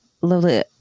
Lola